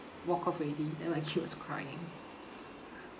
walk off already then my kid was crying